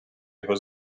його